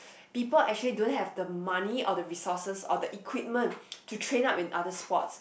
people actually don't have the money or the resources or the equipment to train up with other sports